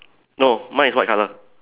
no mine is white color